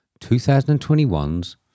2021's